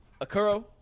Akuro